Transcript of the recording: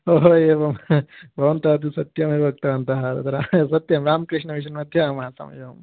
ओहो एवं भवन्तः अपि सत्यमेव उक्तवन्तः तत्र हा सत्यं रामकृष्णमिषिन् मध्ये अहम् आसम् एवं